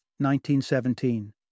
1917